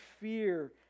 fear